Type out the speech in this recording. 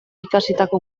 ikasitako